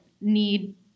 need